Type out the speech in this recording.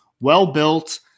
Well-built